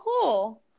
cool